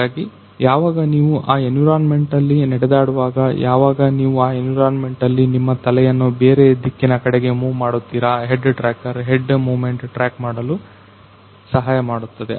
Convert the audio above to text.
ಹಾಗಾಗಿ ಯಾವಾಗ ನೀವು ಆ ಎನ್ವಿರಾನ್ಮೆಂಟ್ ನಲ್ಲಿ ನಡೆದಾಡುವಾಗ ಯಾವಾಗ ನೀವು ಆ ಎನ್ವಿರಾನ್ಮೆಂಟ್ ನಲ್ಲಿ ನಿಮ್ಮ ತಲೆಯನ್ನು ಬೇರೆ ಬೇರೆ ದಿಕ್ಕಿನ ಕಡೆಗೆ ಮೂವ್ ಮಾಡುತ್ತೀರ head tracker head moment track ಮಾಡಲು ಸಹಾಯ ಮಾಡುತ್ತದೆ